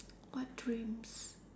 what dreams